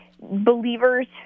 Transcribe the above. believers